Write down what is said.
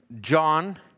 John